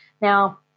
Now